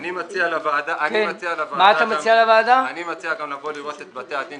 אני מציע לוועדה לבוא לראות את בתי הדין